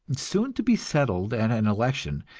soon to be settled at an election,